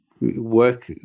Work